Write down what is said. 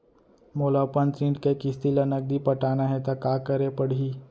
मोला अपन ऋण के किसती ला नगदी पटाना हे ता का करे पड़ही?